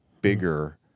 bigger